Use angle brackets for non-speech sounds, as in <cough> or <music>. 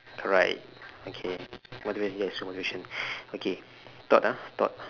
correct okay motivation yes motivation <breath> okay thought ah thought